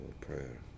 prayer